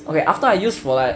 okay after I use for like